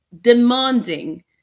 demanding